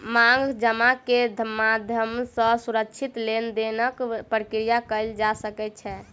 मांग जमा के माध्यम सॅ सुरक्षित लेन देनक प्रक्रिया कयल जा सकै छै